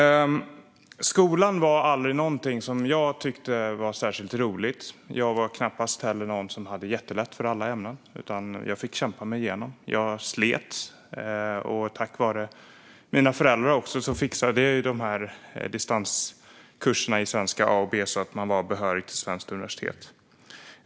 Skolan var aldrig något som jag tyckte var särskilt roligt. Jag var knappast heller någon som hade jättelätt för alla ämnen, utan jag fick kämpa. Jag slet, och tack vare mina föräldrar fixade jag distanskurserna svenska A och B så att jag blev behörig till svenskt universitet.